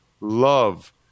Love